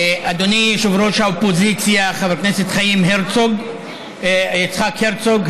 אדוני יושב-ראש האופוזיציה חבר הכנסת יצחק הרצוג,